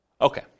Okay